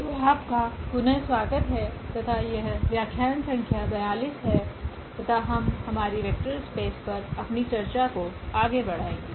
तो आपका पुनः स्वागत है तथा यह व्याख्यान संख्या 42 हैं तथा हम हमारी वेक्टर स्पेस पर अपनी चर्चा को आगे बढायेगे